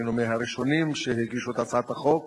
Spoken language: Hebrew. היינו מהראשונים שהגישו את הצעת החוק,